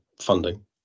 funding